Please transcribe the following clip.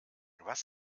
was